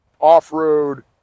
off-road